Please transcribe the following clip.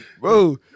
Bro